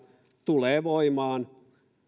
tulee voimaan